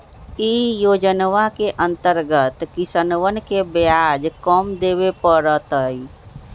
ई योजनवा के अंतर्गत किसनवन के ब्याज कम देवे पड़ तय